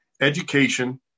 education